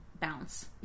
bounce